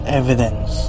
evidence